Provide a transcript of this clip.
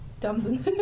dumb